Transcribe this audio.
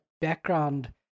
background